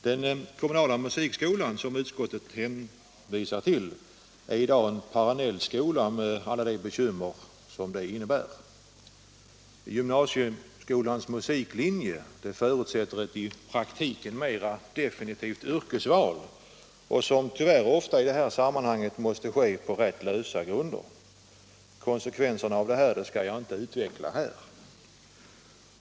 Den kommunala musikskolan, som utskottet hänvisar till, är i dag en parallellskola med alla de bekymmer som det innebär. Gymnasieskolans musiklinje förutsätter i praktiken ett tämligen definitivt yrkesval, något som i detta sammanhang tyvärr ofta måste ske på rätt lösa grunder. Konsekvenserna av detta kan jag inte utveckla här.